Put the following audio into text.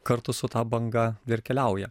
kartu su ta banga ir keliauja